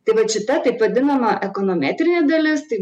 tai vat šita taip vadinama ekonometrinė dalis tai